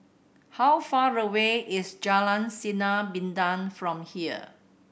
how far away is Jalan Sinar Bintang from here